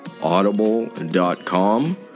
Audible.com